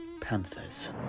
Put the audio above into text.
panthers